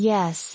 Yes